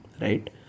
right